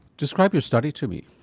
describe your study to me.